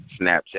Snapchat